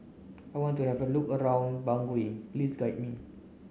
I want to have a look around Bangui please guide me